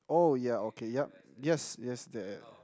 oh ya okay yup yes yes